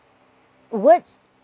words